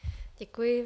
Děkuji.